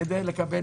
כדי לקבל